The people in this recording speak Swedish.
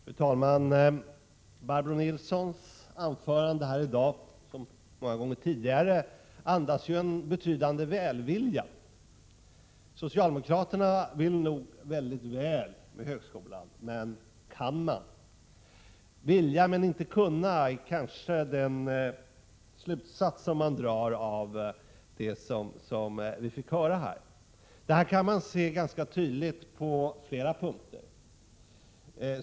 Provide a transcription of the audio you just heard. Fru talman! Barbro Nilssons anförande här i dag, som så många gånger tidigare, andas en betydande välvilja. Socialdemokraterna vill nog väldigt väl med högskolan, men kan de? Vilja men inte kunna är kanske den slutsats som det finns anledning att dra av det vi fick höra här.